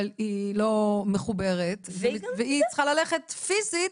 אבל היא לא מחוברת והיא צריכה ללכת פיזית,